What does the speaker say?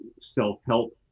self-help